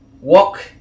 walk